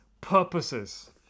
purposes